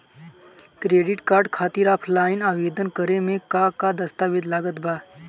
Credit card खातिर offline आवेदन करे म का का दस्तवेज लागत बा?